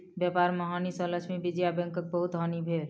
व्यापार में हानि सँ लक्ष्मी विजया बैंकक बहुत हानि भेल